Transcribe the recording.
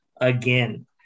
again